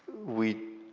we